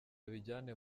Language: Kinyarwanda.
abijyane